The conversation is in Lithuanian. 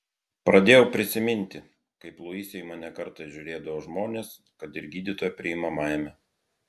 pradėjau prisiminti kaip luise į mane kartais žiūrėdavo žmonės kad ir gydytojo priimamajame